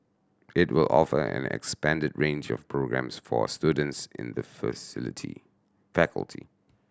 it will offer an expanded range of programmes for students in the facility faculty